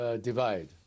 divide